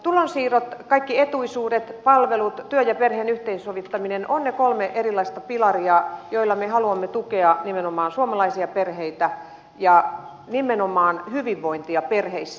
tulonsiirrot kaikki etuisuudet palvelut työn ja perheen yhteensovittaminen ovat ne kolme erilaista pilaria joilla me haluamme tukea nimenomaan suomalaisia perheitä ja nimenomaan hyvinvointia perheissä